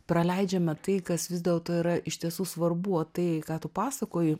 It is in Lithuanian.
praleidžiame tai kas vis dėlto yra iš tiesų svarbu o tai ką tu pasakoji